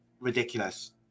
ridiculous